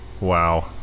Wow